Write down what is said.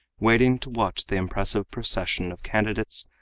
waiting to watch the impressive procession of candidates,